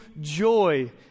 joy